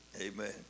Amen